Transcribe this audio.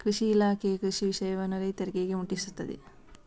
ಕೃಷಿ ಇಲಾಖೆಯು ಕೃಷಿಯ ವಿಷಯವನ್ನು ರೈತರಿಗೆ ಹೇಗೆ ಮುಟ್ಟಿಸ್ತದೆ?